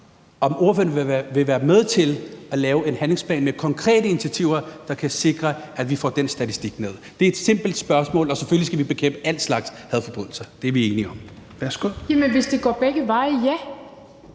om ordføreren vil være med til at lave en handlingsplan med konkrete initiativer, der kan sikre, at vi får den statistik ned. Det er et simpelt spørgsmål. Og selvfølgelig skal vi bekæmpe alle slags hadforbrydelser – det er vi enige om.